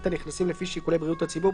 את הנכנסים לפי שיקולי בריאות הציבור,